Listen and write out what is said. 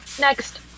Next